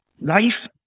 life